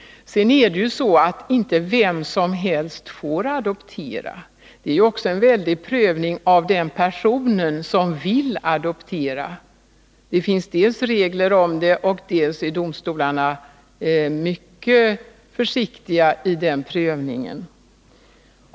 Vem som helst får inte heller adoptera. Det görs en noggrann prövning av den person som vill adoptera. Dels finns det regler om detta, dels är domstolarna mycket försiktiga i sin prövning.